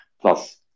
Plus